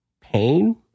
pain